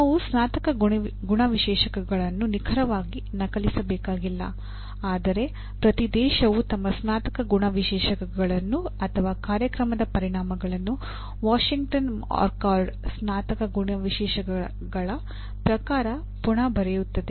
ನಾವು ಸ್ನಾತಕ ಗುಣವಿಶೇಷಕಗಳನ್ನು ನಿಖರವಾಗಿ ನಕಲಿಸಬೇಕಾಗಿಲ್ಲ ಆದರೆ ಪ್ರತಿ ದೇಶವು ತಮ್ಮ ಸ್ನಾತಕ ಗುಣವಿಶೇಷಕಗಳನ್ನು ಅಥವಾ ಕಾರ್ಯಕ್ರಮದ ಪರಿಣಾಮಗಳನ್ನು ವಾಷಿಂಗ್ಟನ್ ಅಕಾರ್ಡ್ನ ಸ್ನಾತಕ ಗುಣವಿಶೇಷಕಗಳ ಪ್ರಕಾರ ಪುನಃ ಬರೆಯುತ್ತದೆ